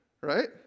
Right